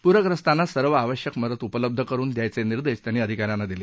पूरग्रस्तांना सर्व आवश्यक मदत उपलब्ध करुन द्यायचे निर्देश त्यांनी अधिका यांना दिले